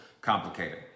complicated